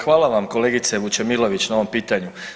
Hvala vam kolegice Vučemilović na ovom pitanju.